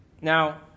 Now